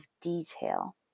detail